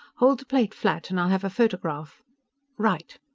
hold the plate flat and i'll have a photograph right!